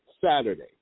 Saturday